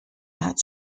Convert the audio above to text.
that